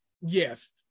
yes